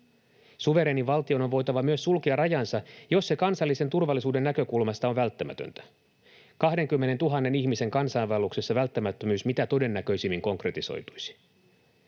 Suvereenin valtion on voitava myös sulkea rajansa, jos se kansallisen turvallisuuden näkökulmasta on välttämätöntä. 20 000 ihmisen kansainvaelluksessa välttämättömyys mitä todennäköisimmin konkretisoituisi.